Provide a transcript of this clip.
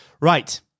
Right